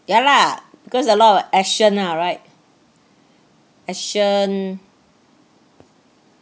ya lah because a lot of action ah right action